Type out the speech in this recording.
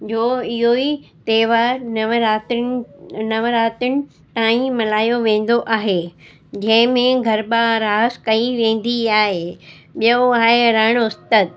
जो इहो ई तहिंवार नवरात्रियुनि नवरातियुनि ताईं मल्हायों वेंदो आहे जंहिं में गरबा रास कयी वेंदी आहे ॿियो आहे रण उत्सव